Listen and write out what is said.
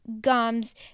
gums